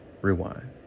rewind